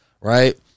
right